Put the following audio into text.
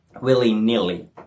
Willy-nilly